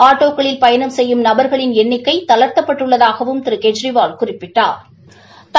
ஆட்டோக்களில் பயணம் செய்யும் நபர்களின் எண்னிக்கை தளர்த்தப்பட்டுள்ளதாகவும் திரு கெஜ்ரிவால் குறிப்பிட்டா்